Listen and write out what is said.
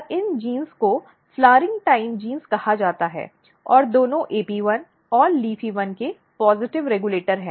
और इन जीनों को फ़्लाउरइंग समय जीन कहा जाता है और दोनों AP1 और LEAFY1 के सकारात्मक रेगुलेटर हैं